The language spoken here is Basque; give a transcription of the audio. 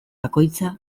bakoitza